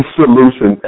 solution